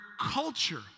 culture